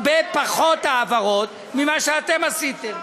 הרבה פחות העברות ממה שאתם עשיתם.